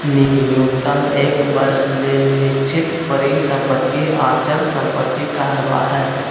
न्यूनतम एक वर्ष ले निश्चित परिसम्पत्ति अचल संपत्ति कहलावय हय